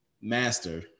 master